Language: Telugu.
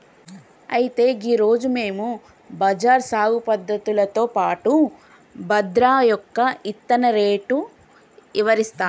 అయితే గీ రోజు మేము బజ్రా సాగు పద్ధతులతో పాటు బాదరా యొక్క ఇత్తన రేటు ఇవరిస్తాము